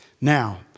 Now